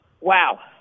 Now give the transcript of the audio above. Wow